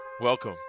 Welcome